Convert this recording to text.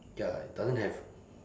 ya doesn't have